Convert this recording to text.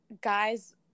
guys